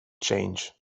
change